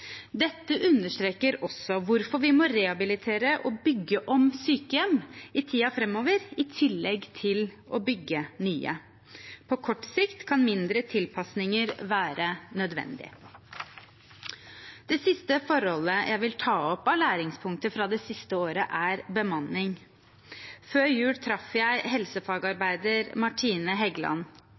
Dette understreker også hvorfor vi må rehabilitere og bygge om sykehjem i tiden framover, i tillegg til å bygge nye. På kort sikt kan mindre tilpasninger være nødvendig. Det siste forholdet jeg vil ta opp av læringspunkter fra det siste året, er bemanning. Før jul traff jeg helsefagarbeider Martine